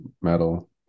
metal